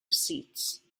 seats